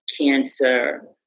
cancer